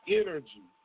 energy